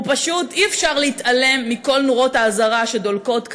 אי-אפשר להתעלם מכל נורות האזהרה שדולקות כאן.